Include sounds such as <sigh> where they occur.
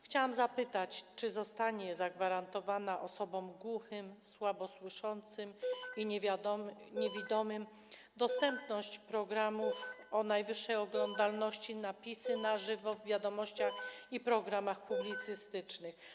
Chciałam zapytać, czy zostanie zagwarantowana osobom głuchym, słabosłyszącym i niewidomym <noise> dostępność programów o najwyższej oglądalności, napisy na żywo w „Wiadomościach” i programach publicystycznych.